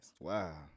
Wow